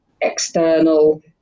external